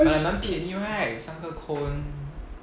你的蛮便宜 right 三个 cone